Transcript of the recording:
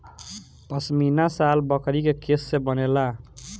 पश्मीना शाल बकरी के केश से बनेला